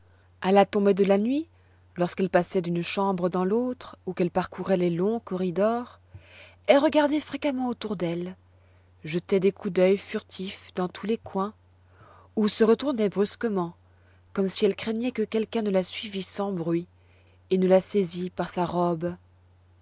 a la tombée de la nuit lorsqu'elle passait d'une chambre dans l'autre ou qu'elle parcourait les longs corridors elle regardait fréquemment autour d'elle jetait des coups d'œil furtifs dans tous les coins ou se retournait brusquement comme si elle craignait que quelqu'un ne la suivît sans bruit et ne la saisît par sa robe